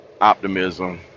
optimism